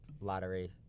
lottery